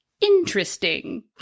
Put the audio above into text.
Interesting